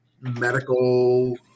medical